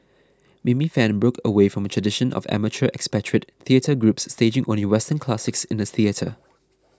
Mimi Fan broke away from a tradition of amateur expatriate theatre groups staging only Western classics in the theatre